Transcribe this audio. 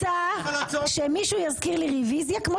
אני רוצה שמישהו יזכיר לי רביזיה כמו